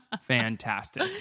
fantastic